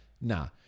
Nah